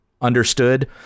Understood